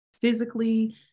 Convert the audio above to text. physically